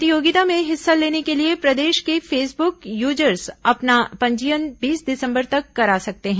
प्रतियोगिता में हिस्सा लेने के लिए प्रदेश के फेसबुक यूजर्स अपना पंजीयन बीस दिसंबर तक करा सकते हैं